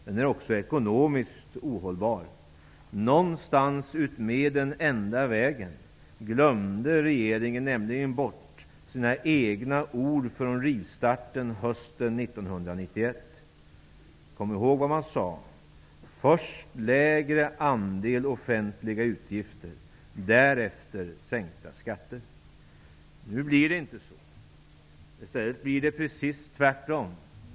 Den är också ekonomiskt ohållbar. Någonstans utmed den enda vägen glömde regeringen nämligen bort sina egna ord från rivstarten hösten 1991. Kom ihåg vad man sade: Först lägre andel offentliga utgifter, därefter sänkta skatter. Nu blir det inte så. Det blir i stället precis tvärtom.